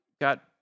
got